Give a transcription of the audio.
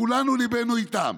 כולנו, ליבנו איתם,